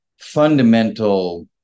fundamental